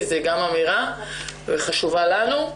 זו גם אמירה שחשובה לנו,